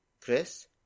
Chris